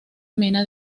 mena